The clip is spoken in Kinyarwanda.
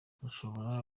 ushobora